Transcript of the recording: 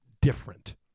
different